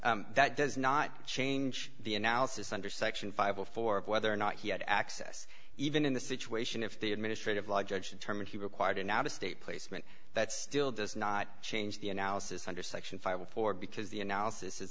placement that does not change the analysis under section five of four of whether or not he had access even in the situation if the administrative law judge determined he required an out of state placement that still does not change the analysis under section fifty four dollars because the analysis is